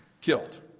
killed